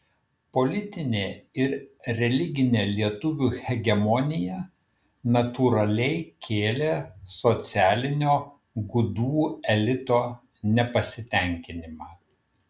politinė ir religinė lietuvių hegemonija natūraliai kėlė socialinio gudų elito nepasitenkinimą